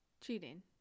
Cheating